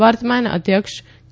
વર્તમાન અધ્યક્ષ કે